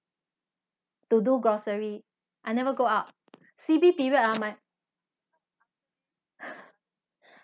to do grocery I never go out C_B_ period ah my